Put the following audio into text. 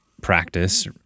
practice